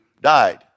died